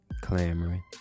Clamoring